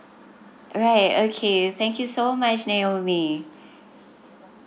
right okay thank you so much naomi